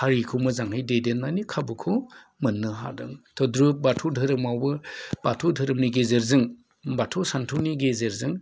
हारिखौ मोजाङै दैदेननानै खाबुखौ मोननो हादों थ' बाथौ धोरोमावबो बाथौ धोरोमनि गेजेरजों बाथौ सान्थौनि गेजेरजों